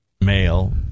male